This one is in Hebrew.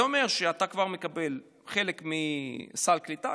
זה אומר שאתה כבר מקבל חלק מסל הקליטה,